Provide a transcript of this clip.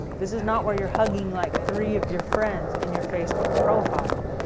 this is not where you're hugging like three of your friends in your facebook profile.